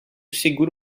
segura